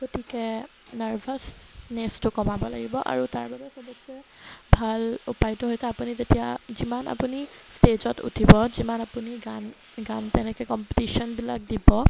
গতিকে নাৰ্ভাছনেছটো কমাব লাগিব আৰু তাৰবাবে সবতসে ভাল উপায়টো হৈছে আপুনি তেতিয়া যিমান আপুনি ষ্টেজত উঠিব যিমান আপুনি গান গান তেনেকৈ কম্পিটিশ্যনবিলাক দিব